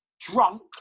drunk